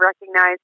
recognize